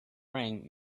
ring